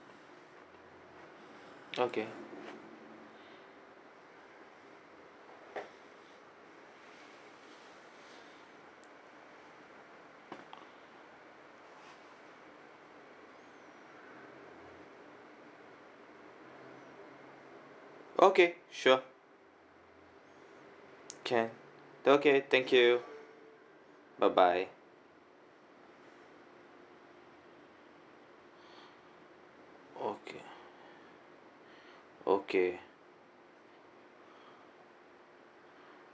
okay okay sure can okay thank you bye bye okay okay